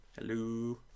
hello